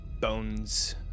bones